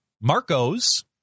Marco's